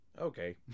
okay